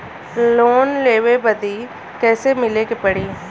Loan लेवे बदी कैसे मिले के पड़ी?